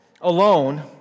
alone